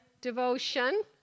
devotion